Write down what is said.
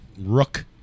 Rook